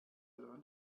learn